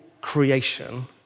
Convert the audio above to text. creation